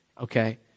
okay